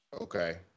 Okay